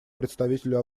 представителю